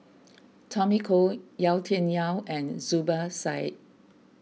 Tommy Koh Yau Tian Yau and Zubir Said